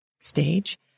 stage